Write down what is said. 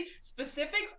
specifics